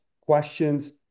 questions